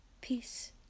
Peace